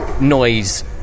noise